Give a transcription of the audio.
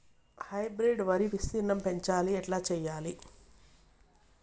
Hybrid వరి విస్తీర్ణం పెంచాలి ఎట్ల చెయ్యాలి?